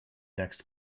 next